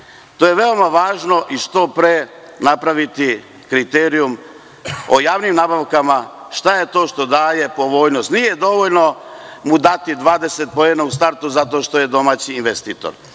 To je veoma važno i treba što pre napraviti kriterijum o javnim nabavkama, šta je to što daje povoljnost. Nije mu dovoljno dati 20 poena u startu zato što je domaći investitor. Šta